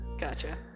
Gotcha